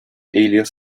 alias